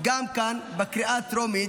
גם כאן בקריאה טרומית,